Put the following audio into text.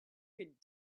could